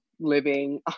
living